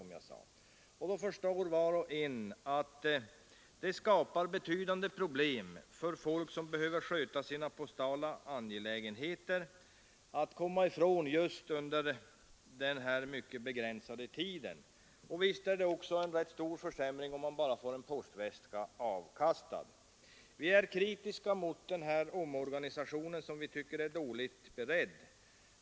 Var och en förstår att det för människor som behöver sköta sina postala angelägenheter skapar betydande problem att komma ifrån just under denna mycket begränsade tid. Och visst är det en rätt stor försämring att man bara får en postväska avkastad. Vi är kritiska mot denna omorganisation, som vi också tycker är dåligt beredd.